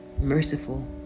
merciful